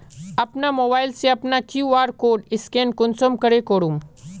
अपना मोबाईल से अपना कियु.आर कोड स्कैन कुंसम करे करूम?